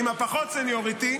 עם הפחות סניוריטי,